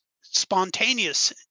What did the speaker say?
spontaneous